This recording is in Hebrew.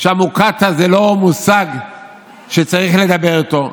שהמוקטעה זה לא מושג שצריך לדבר איתו,